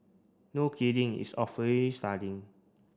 no kidding it's starting